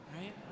right